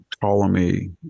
Ptolemy